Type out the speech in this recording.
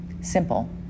Simple